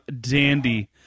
dandy